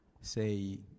say